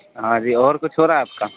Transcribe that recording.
ہاں جی اور کچھ ہو رہا ہے آپ کا